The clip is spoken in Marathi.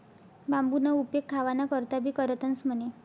बांबूना उपेग खावाना करता भी करतंस म्हणे